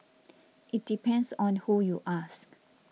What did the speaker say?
it depends on who you ask